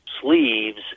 sleeves